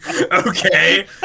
Okay